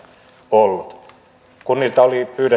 ollut kunnilta